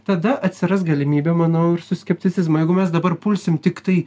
tada atsiras galimybė manau ir su skepticizmu jeigu mes dabar pulsim tiktai